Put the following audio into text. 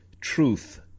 truth